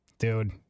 Dude